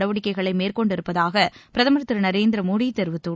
நடவடிக்கைகளை மேற்கொண்டிருப்பதாக பிரதமர் திரு நரேந்திர மோடி தெரிவித்துள்ளார்